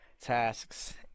tasks